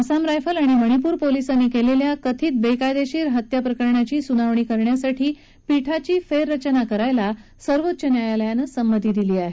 लष्कर आसाम रायफल आणि मणिपूर पोलीसांनी केलेल्या कथित बेकायदेशीर हत्याप्रकरणाची सुनावणी करण्यासाठी पीठाची फेररचना करायला सर्वोच्च न्यायालयानं संमती दिली आहे